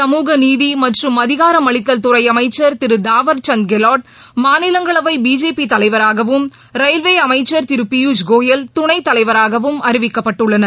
சமூகநீதி மற்றும் அதிகாரமளித்தல் துறை அமைச்சர் திரு தாவர்சந்த் கெலாட் மாநிலங்களவை பிஜேபி தலைவராகவும் ரயில்வே அமைச்சர் திரு பியூஷ்கோயல் துணைத்தலைவராகவும் அறிவிக்கப்பட்டுள்ளனர்